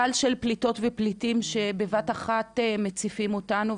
גל של פליטות ופליטים שבבת אחת מציפים אותנו,